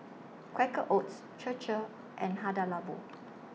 Quaker Oats Chir Chir and Hada Labo